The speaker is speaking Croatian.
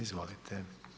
Izvolite.